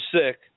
sick